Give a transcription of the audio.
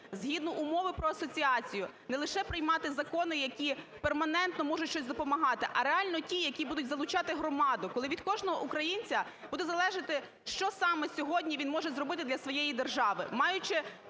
згідно умови про асоціацію не лише приймати закони, які перманентно можуть щось допомагати, але реально ті, які будуть залучати громаду, коли від кожного українця буде залежати що саме сьогодні він може зробити для своєї держави. Маючи